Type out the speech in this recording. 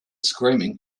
screaming